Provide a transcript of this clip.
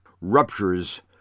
ruptures